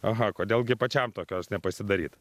aha kodėl gi pačiam tokios nepasidaryt